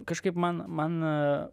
kažkaip man man